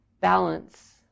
balance